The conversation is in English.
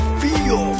feel